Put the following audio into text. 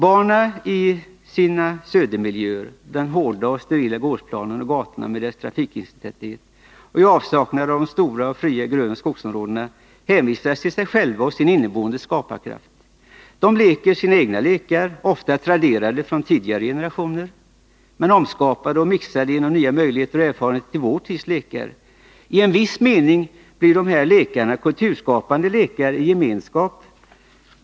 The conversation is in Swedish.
Barnen i södermiljöer, med den hårda och sterila gårdsplanen och gator med hög trafikintensitet men i avsaknad av de stora och fria grönoch skogsområdena, är hänvisade till sig själva och sin inneboende skaparkraft. De leker sina egna lekar, ofta traderade från tidigare generationer, men omskapade och mixade genom nya möjligheter och erfarenheter till vår tids lekar. I en viss mening blir dessa lekar kulturskapande lekar i gemenskap.